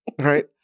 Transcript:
right